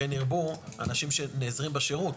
כן ירבו אנשים שנעזרים בשירות,